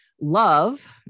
Love